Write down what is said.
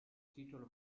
titolo